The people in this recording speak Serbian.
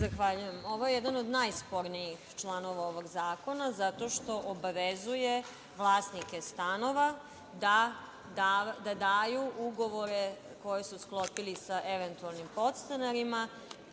Zahvaljujem. Ovo je jedan od najspornijih članova ovog zakona zato što obavezuje vlasnike stanova da daju ugovore koje su sklopili sa eventualnim podstanarom